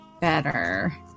better